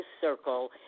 circle